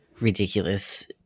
ridiculous